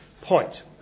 point